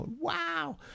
Wow